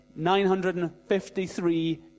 953